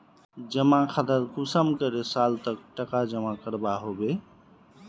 जमा खातात कुंसम करे साल तक टका जमा करवा होबे?